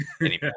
anymore